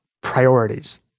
priorities